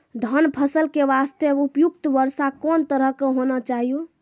धान फसल के बास्ते उपयुक्त वर्षा कोन तरह के होना चाहियो?